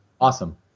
Awesome